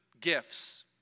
gifts